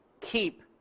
keep